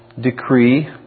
decree